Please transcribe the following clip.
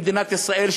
במדינת ישראל,